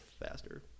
faster